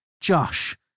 Josh